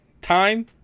time